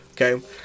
Okay